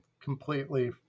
completely